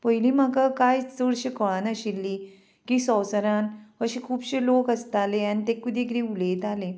पयलीं म्हाका कांयच चडशें कळनाशिल्ली की संवसारान अशे खुबशे लोक आसताले आनी ते कदी किदें उलयताले